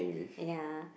ya